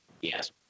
yes